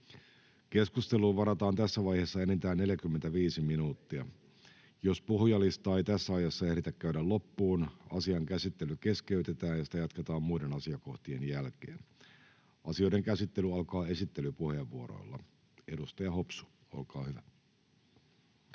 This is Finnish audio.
Keskusteluun varataan tässä vaiheessa enintään 45 minuuttia. Jos puhujalistaa ei tässä ajassa ehditä käydä loppuun, asian käsittely keskeytetään ja sitä jatketaan muiden asiakohtien jälkeen. Asioiden käsittely alkaa esittelypuheenvuoroilla. — Edustaja Hopsu, olkaa hyvä.